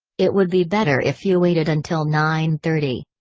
it would be better if you waited until nine-thirty.